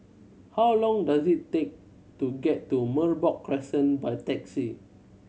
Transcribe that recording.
how long does it take to get to Merbok Crescent by taxi